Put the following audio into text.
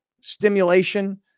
stimulation